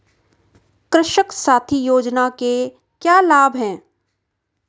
कृषक साथी योजना के क्या लाभ हैं?